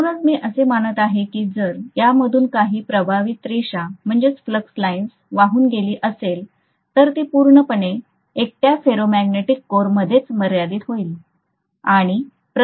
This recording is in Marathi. म्हणूनच मी असे मानत आहे की जर यामधून काही प्रवाहित रेषा वाहून गेली असेल तर ती पूर्णपणे एकट्या फेरोमॅग्नेटिक कोरमध्येच मर्यादित होईल